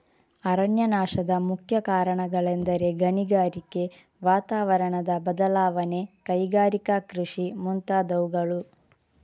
ಅರಣ್ಯನಾಶದ ಮುಖ್ಯ ಕಾರಣಗಳೆಂದರೆ ಗಣಿಗಾರಿಕೆ, ವಾತಾವರಣದ ಬದಲಾವಣೆ, ಕೈಗಾರಿಕಾ ಕೃಷಿ ಮುಂತಾದವುಗಳು